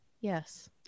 Yes